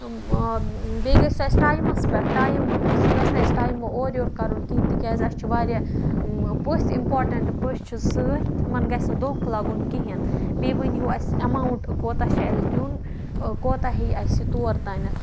بیٚیہِ گَژھِ سُہ اَسہِ ٹایمَس پٮ۪ٹھ ٹایم سُہ گَژھِ نہٕ اَسہِ ٹایمہٕ اور یور کَرُن کِہینۍ تکیازِ اَسہِ چھُ واریاہ پٔژھ اِمپاٹَنٹ پٔژھ چھِ سۭتۍ تِمَن گَژھِ نہٕ دھونٛکہٕ لَگُن کِہیٖنۍ بیٚیہِ ؤنۍ ہِو اَسہِ اَیٚماوُنٹ کوتاہ چھُ اَسہِ دِیُن کوتاہ ہیٚیہِ اَسہِ یہِ تور تانیٚتھ